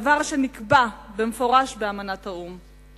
דבר שנקבע במפורש באמנת האו"ם.